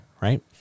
right